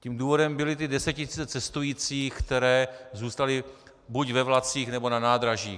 Tím důvodem byly desetitisíce cestujících, které zůstaly buď ve vlacích, nebo na nádraží.